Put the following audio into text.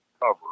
cover